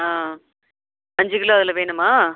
ஆ அஞ்சு கிலோ அதில் வேணுமா